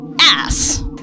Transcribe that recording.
ass